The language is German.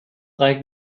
drei